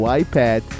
iPad